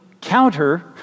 counter